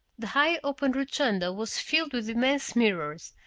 the high open rotunda was filled with immense mirrors,